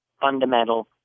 fundamental